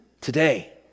today